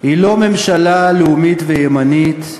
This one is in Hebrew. היא לא ממשלה לאומית וימנית,